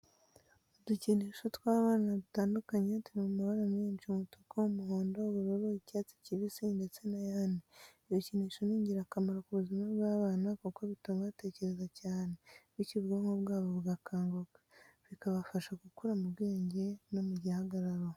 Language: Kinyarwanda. Udukinisho tw'abana dutandukanye turi mu mabara menshi, umutuku, umuhondo, ubururu, icyatsi kibisi ndetse n'ayandi. Ibikinisho ni ingirakamaro ku buzima bw'abana kuko bituma batekereza cyane bityo ubwonko bwabo bugakanguka, bikabafasha gukura mu bwenge no mu gihagararo.